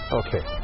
okay